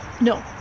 No